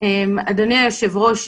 אדוני היושב-ראש,